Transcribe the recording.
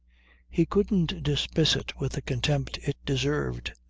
he couldn't dismiss it with the contempt it deserved.